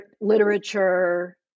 literature